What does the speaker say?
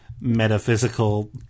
metaphysical